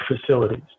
facilities